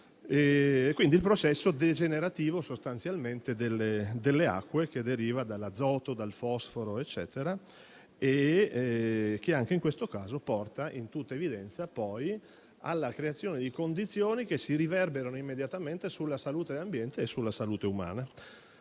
cioè, del processo degenerativo delle acque che deriva dall'azoto, dal fosforo, eccetera, e che anche in questo caso porta alla creazione di condizioni che si riverberano immediatamente sulla salute dell'ambiente e sulla salute umana.